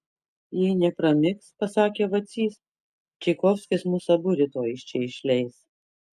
jei nepramigs pasakė vacys čaikovskis mus abu rytoj iš čia išleis